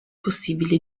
possibili